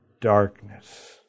darkness